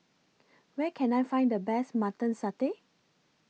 Where Can I Find The Best Mutton Satay